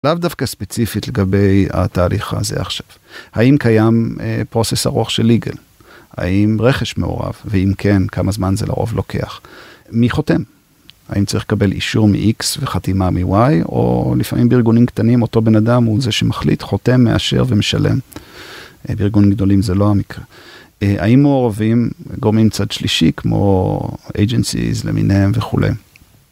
לאו דווקא ספציפית לגבי התהליך הזה עכשיו. האם קיים פרוסס ארוך של ליגל? האם רכש מעורב, ואם כן, כמה זמן זה לרוב לוקח? מי חותם? האם צריך לקבל אישור מ-X וחתימה מ-Y, או לפעמים בארגונים קטנים אותו בן אדם הוא זה שמחליט, חותם, מאשר ומשלם. בארגונים גדולים זה לא המקרה. האם מעורבים גורמים צד שלישי, כמו agencies, למיניהם וכולי?